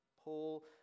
Paul